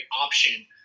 option